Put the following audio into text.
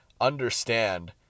understand